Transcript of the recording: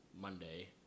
Monday